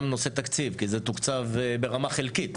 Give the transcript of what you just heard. גם נושא תקציב כי זה תוקצב ברמה חלקית.